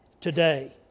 today